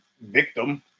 victim